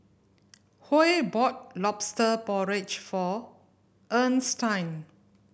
Huey bought Lobster Porridge for Earnestine